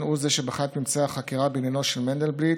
הוא זה שבחן את ממצאי החקירה בעניינו של מנדלבליט,